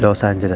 Los Angeles